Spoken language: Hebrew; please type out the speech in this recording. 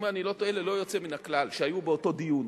אם אני לא טועה, ללא יוצא מהכלל, שהיו באותו דיון,